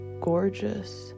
gorgeous